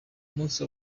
munsi